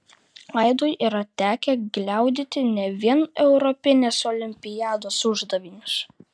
aidui yra tekę gliaudyti ne vien europinės olimpiados uždavinius